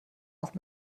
noch